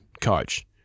coach